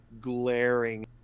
glaring